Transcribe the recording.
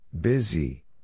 busy